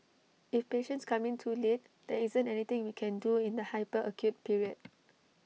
if patients come in too late there isn't anything we can do in the hyper acute period